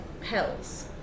Hell's